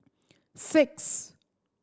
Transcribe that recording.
six